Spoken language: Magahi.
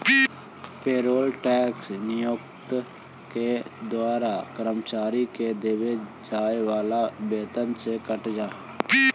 पेरोल टैक्स नियोक्ता के द्वारा कर्मचारि के देवे जाए वाला वेतन से कटऽ हई